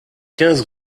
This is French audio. quinze